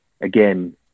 again